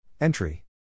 Entry